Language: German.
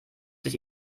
sich